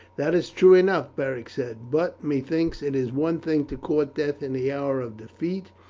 that is true enough, beric said but methinks it is one thing to court death in the hour of defeat,